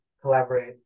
collaborate